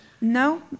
No